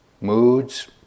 moods